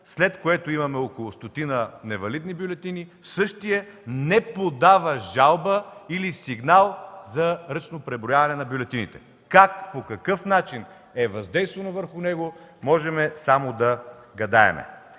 след което имаме около стотина невалидни бюлетини. Същият не подава жалба или сигнал за ръчно преброяване на бюлетините. Как, по какъв начин е въздействано върху него, можем само да гадаем.